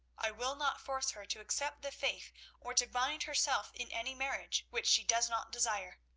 i will not force her to accept the faith or to bind herself in any marriage which she does not desire.